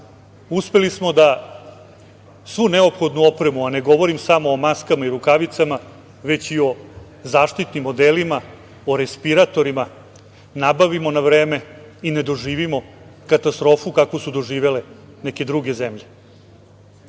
uspeli smo da svu neophodnu opremu, a ne govorim samo o maskama i rukavicama, već i o zaštitnim odelima, o respiratorima, nabavimo na vreme i ne doživimo katastrofu kakvu su doživele neke druge zemlje.